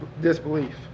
disbelief